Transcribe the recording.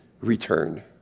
return